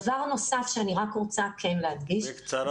דבר נוסף שאני רק רוצה כן להדגיש -- בקצרה.